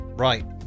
Right